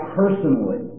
personally